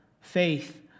faith